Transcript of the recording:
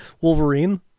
Wolverine